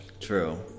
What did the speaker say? True